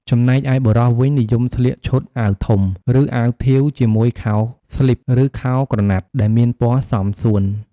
ចំណែកឯបុរសវិញ និយមស្លៀកឈុតអាវធំ ឬអាវធាវជាមួយខោស្លីប ឬខោក្រណាត់ ដែលមានពណ៌សមសួន។